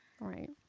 Right